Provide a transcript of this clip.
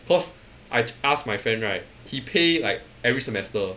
cos I asked my friend right he pay like every semester